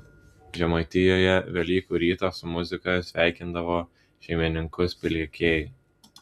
žemaitijoje velykų rytą su muzika sveikindavo šeimininkus pliekėjai